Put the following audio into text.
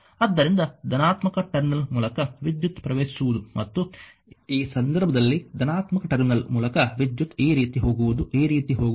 ಆದ್ದರಿಂದ ಧನಾತ್ಮಕ ಟರ್ಮಿನಲ್ ಮೂಲಕ ವಿದ್ಯುತ್ ಪ್ರವೇಶಿಸುವುದು ಮತ್ತು ಈ ಸಂದರ್ಭದಲ್ಲಿ ಧನಾತ್ಮಕ ಟರ್ಮಿನಲ್ ಮೂಲಕ ವಿದ್ಯುತ್ ಈ ರೀತಿ ಹೋಗುವುದು ಈ ರೀತಿ ಹೋಗುವುದು 4 ಆಂಪಿಯರ್ ಆಗಿರುತ್ತದೆ